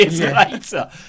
later